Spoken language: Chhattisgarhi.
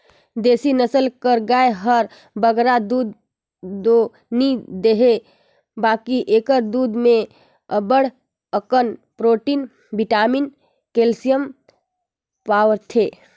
देसी नसल कर गाय हर बगरा दूद दो नी देहे बकि एकर दूद में अब्बड़ अकन प्रोटिन, बिटामिन, केल्सियम पवाथे